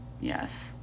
yes